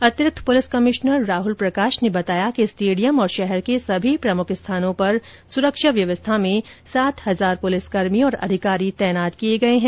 अतिरिक्त police commissioner Rahul Prakash ने बताया कि स्टेडियम और शहर के सभी प्रमुख स्थानों पर सुरक्षा व्यवस्था में सात हजार पुलिस कर्मी और अधिकारी तैनात किए गए हैं